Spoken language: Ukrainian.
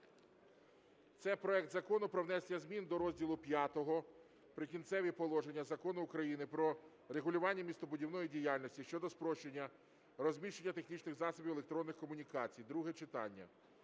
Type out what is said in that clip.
Це проект Закону про внесення змін до розділу V "Прикінцеві положення" Закону України "Про регулювання містобудівної діяльності" щодо спрощення розміщення технічних засобів електронних комунікацій (друге читання).